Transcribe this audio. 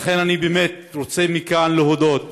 לכן אני באמת רוצה מכאן להודות